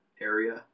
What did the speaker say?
area